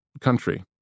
country